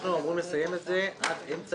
אנחנו אמורים לסיים את זה עד אמצע